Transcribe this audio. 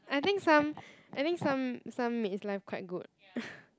I think some I think some some maid's life quite good